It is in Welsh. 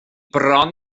bron